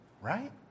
right